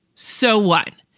so what?